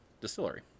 distillery